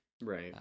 Right